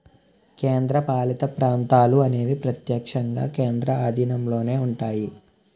కేంద్రపాలిత ప్రాంతాలు అనేవి ప్రత్యక్షంగా కేంద్రం ఆధీనంలో ఉంటాయి